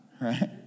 right